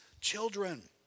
children